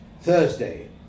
Thursday